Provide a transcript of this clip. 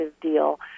deal